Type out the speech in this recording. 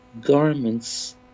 garments